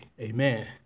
Amen